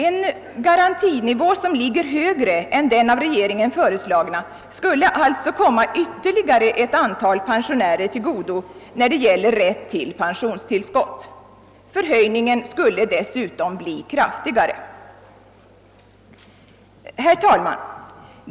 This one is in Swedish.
En garantinivå som ligger högre än den av regeringen föreslagna skulle alltså ge ytterligare ett antal pensionärer rätt till pensionstillskott. Förhöjningen skulle dessutom bli kraftigare. Herr talman!